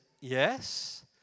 yes